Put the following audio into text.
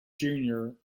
junior